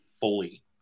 fully